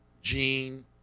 Gene